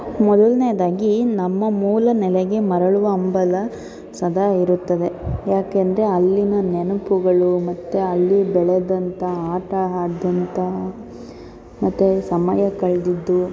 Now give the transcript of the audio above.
ಮೊದಲ್ನೇದಾಗಿ ನಮ್ಮ ಮೂಲ ನೆಲೆಗೆ ಮರಳುವ ಹಂಬಲ ಸದಾ ಇರುತ್ತದೆ ಏಕೆಂದ್ರೆ ಅಲ್ಲಿನ ನೆನಪುಗಳು ಮತ್ತು ಅಲ್ಲಿ ಬೆಳೆದಂಥ ಆಟ ಆಡ್ದಂತಹ ಮತ್ತು ಸಮಯ ಕಳೆದಿದ್ದು